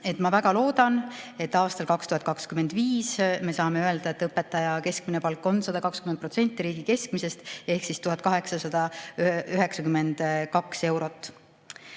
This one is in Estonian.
ma väga loodan, et aastal 2025 me saame öelda, et õpetaja keskmine palk on 120% riigi keskmisest ehk 1892 eurot.